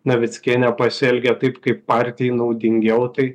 navickienė pasielgė taip kaip partijai naudingiau tai